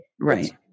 Right